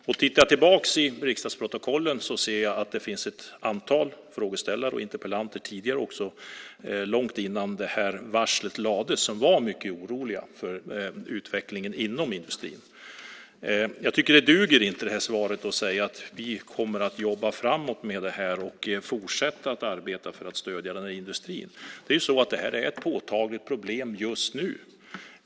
När jag tittar tillbaka i riksdagsprotokollen ser jag att det har ställts ett antal frågor och interpellationer tidigare, långt innan detta varsel lades, som visade att man var mycket orolig för utvecklingen inom industrin. Jag tycker inte att det duger att som i svaret säga att man kommer att jobba framåt med detta och fortsätta med att arbeta för att stödja denna industri. Detta är ett påtagligt problem just nu.